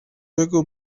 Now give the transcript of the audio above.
بگو